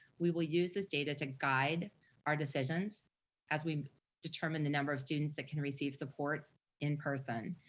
we will use this data to guide our decisions as we determine the number of students that can receive support in-person.